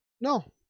No